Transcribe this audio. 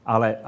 Ale